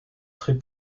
très